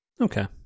Okay